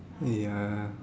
ya